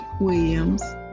Williams